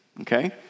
Okay